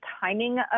timing